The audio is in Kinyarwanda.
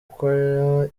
choir